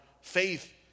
faith